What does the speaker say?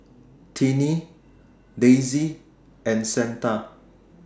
Tiney Daisey and Santa